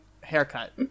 haircut